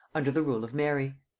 under the rule of mary.